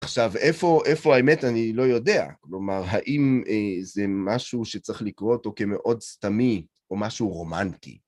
עכשיו, איפה האמת? אני לא יודע, כלומר, האם זה משהו שצריך לקרוא אותו כמאוד סתמי או משהו רומנטי...